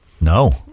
No